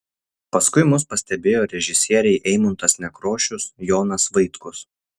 paskui mus pastebėjo režisieriai eimuntas nekrošius jonas vaitkus